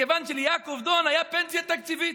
מכיוון שליעקב דון הייתה פנסה תקציבית,